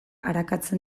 arakatzen